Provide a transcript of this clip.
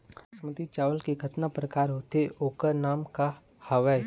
बासमती चावल के कतना प्रकार होथे अउ ओकर नाम क हवे?